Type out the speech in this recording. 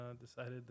decided